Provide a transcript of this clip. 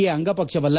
A ಅಂಗಪಕ್ಷವಲ್ಲ